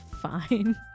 fine